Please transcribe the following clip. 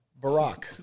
Barack